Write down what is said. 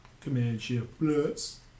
Command-Shift-Plus